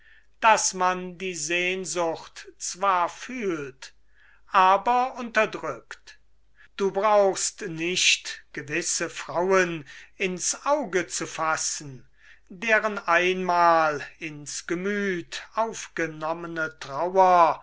daß man die sehnsucht zwar fühlt aber unterdrückt du brauchst nicht gewisse frauen in's auge zu fassen deren einmal aufgenommene trauer